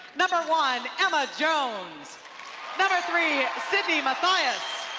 number one, emma jones number three, sydney matthias.